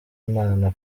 imana